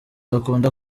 bakunda